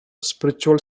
spiritual